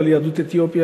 אבל יהדות אתיופיה,